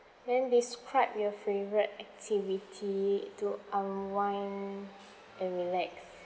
then describe your favourite activity to unwind and relax